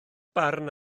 barn